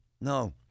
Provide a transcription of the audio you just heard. No